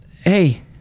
Hey